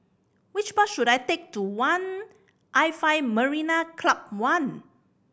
which bus should I take to one I five Marina Club One